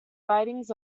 writings